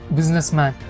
Businessman